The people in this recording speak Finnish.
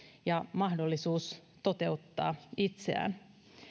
ja on mahdollisuus toteuttaa itseään